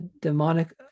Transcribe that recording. demonic